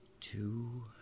two